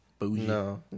No